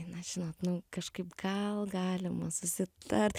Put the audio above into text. na žinot nu kažkaip gal galima susitart